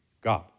God